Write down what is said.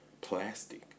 plastic